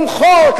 למחות,